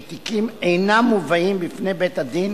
שתיקים אינם מובאים בפני בית-הדין